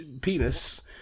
penis